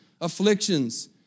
afflictions